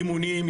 אימונים,